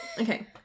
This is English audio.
Okay